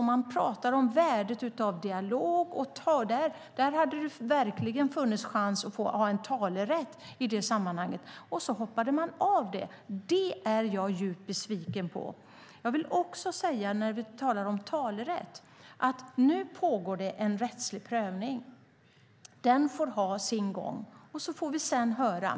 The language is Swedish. Man pratar om värdet av dialog; i det sammanhanget hade det verkligen funnits chans att ha en talerätt. Men Naturskyddsföreningen hoppade av. Det är jag djupt besviken över. När vi talar om talerätt vill jag också säga att det nu pågår en rättslig prövning, som får ha sin gång. Sedan får vi höra.